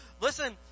Listen